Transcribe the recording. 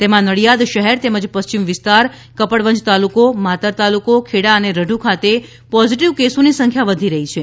તેમાં નડિયાદ શહેર તેમજ પશ્ચિમ વિસ્તાર કપડવંજ તાલુકો માતર તાલુકો ખેડા અને રઢુ ખાતે પોઝિટિવ કેસોની સંખ્યા વધી રહી છે